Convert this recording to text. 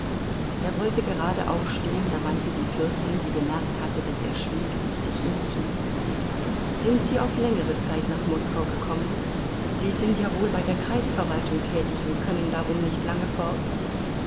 er wollte gerade aufstehen da wandte die fürstin die bemerkt hatte daß er schwieg sich ihm zu sind sie auf längere zeit nach moskau gekommen sie sind ja wohl bei der kreisverwaltung tätig und können darum nicht lange fort